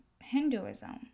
Hinduism